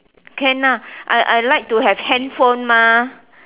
can lah I I like to have handphone mah